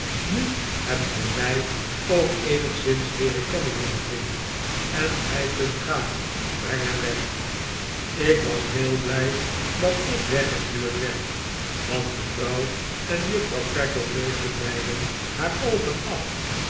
nu hebt ge mij ook eenigszins leeren kennen jonge vriend en gij kunt gaan breng hem weg ik was heel blij dat ik weggestuurd werd want mevrouw en juffrouw creakle veegden beiden haar oogen af